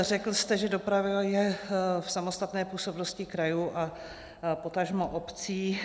Řekl jste, že doprava je v samostatné působnosti krajů a potažmo obcí.